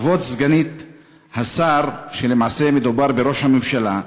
כבוד סגנית השר, כשלמעשה מדובר בראש הממשלה,